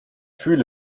fühle